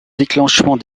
déclenchement